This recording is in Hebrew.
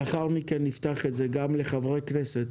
לאחר מכן נפתח את זה גם לחברי כנסת